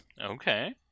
Okay